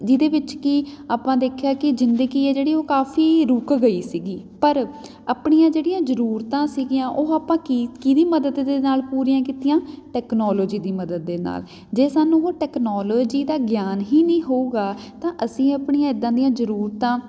ਜਿਹਦੇ ਵਿੱਚ ਕਿ ਆਪਾਂ ਦੇਖਿਆ ਕਿ ਜ਼ਿੰਦਗੀ ਹੈ ਜਿਹੜੀ ਉਹ ਕਾਫੀ ਰੁਕ ਗਈ ਸੀਗੀ ਪਰ ਆਪਣੀਆਂ ਜਿਹੜੀਆਂ ਜ਼ਰੂਰਤਾਂ ਸੀਗੀਆਂ ਉਹ ਆਪਾਂ ਕੀ ਕੀਹਦੀ ਮਦਦ ਦੇ ਨਾਲ ਪੂਰੀਆਂ ਕੀਤੀਆਂ ਟੈਕਨੋਲੋਜੀ ਦੀ ਮਦਦ ਦੇ ਨਾਲ ਜੇ ਸਾਨੂੰ ਉਹ ਟੈਕਨੋਲੋਜੀ ਦਾ ਗਿਆਨ ਹੀ ਨਹੀਂ ਹੋਊਗਾ ਤਾਂ ਅਸੀਂ ਆਪਣੀਆਂ ਇੱਦਾਂ ਦੀਆਂ ਜ਼ਰੂਰਤਾਂ